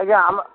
ଆଜ୍ଞା ଆମ